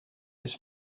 his